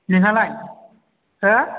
नोंहालाय हो